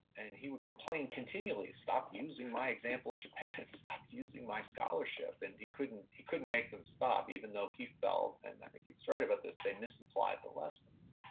and he would complain continually stop using my example of japan, stop using my scholarship. and he couldn't, he couldn't make them stop even though he felt, and i think he was right about this, they misapplied the lessons.